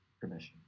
permission